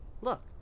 look